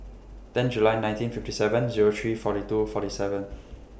ten July nineteen fifty seven Zero three forty two forty seven